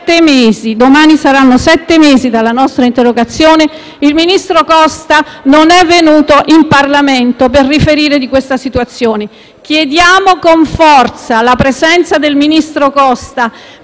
domani saranno sette mesi dalla nostra interrogazione e il ministro Costa non è venuto in Parlamento per riferire su questa situazione. Chiediamo con forza la presenza del ministro Costa